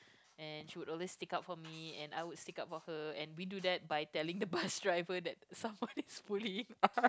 and she would always stick up for me and I would stick up for her and we do that by telling the bus driver that someone is bullying us